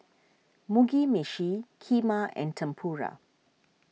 Mugi Meshi Kheema and Tempura